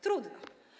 Trudno.